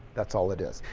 that's all it is.